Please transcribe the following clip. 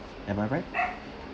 am I right